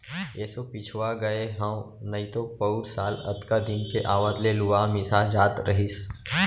एसो पिछवा गए हँव नइतो पउर साल अतका दिन के आवत ले लुवा मिसा जात रहिस